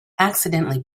accidentally